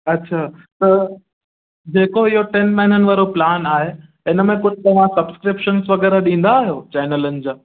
अच्छा त जेको इहो टिनि महिननि वारो प्लान आहे इन में कुझु नया सब्सक्रिपिशन वग़ैरह ॾींदा आहियो चैनलनि जा